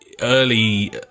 early